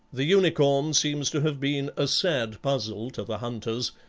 the unicorn seems to have been a sad puzzle to the hunters,